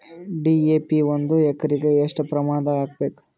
DAP ಒಂದು ಎಕರಿಗ ಎಷ್ಟ ಪ್ರಮಾಣದಾಗ ಹಾಕಬೇಕು?